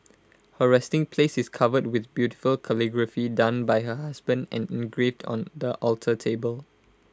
her resting places is covered with beautiful calligraphy done by her husband and engraved on the alter table